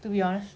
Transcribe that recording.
to be honest